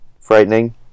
frightening